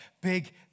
big